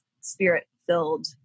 spirit-filled